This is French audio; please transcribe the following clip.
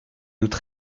notre